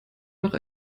noch